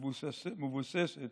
מבוססת